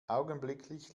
augenblicklich